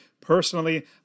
personally